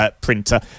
printer